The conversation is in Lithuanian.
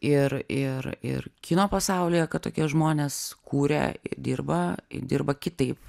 ir ir ir kino pasaulyje kad tokie žmonės kuria dirba dirba kitaip